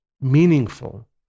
meaningful